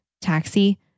taxi